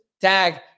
tag